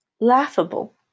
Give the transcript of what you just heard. laughable